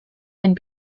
and